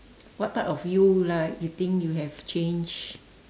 what part of you like you think you have changed